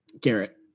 garrett